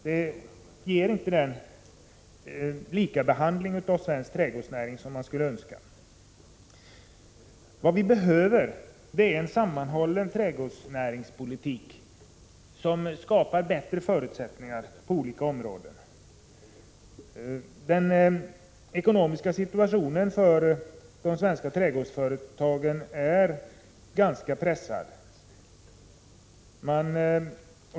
Det innebär inte den likabehandling av svensk trädgårdsnäring som man skulle önska. Vi behöver en sammanhållen trädgårdsnäringspolitik, som skapar bättre förutsättningar på olika områden. Den ekonomiska situationen för de svenska trädgårdsföretagen är ganska pressad.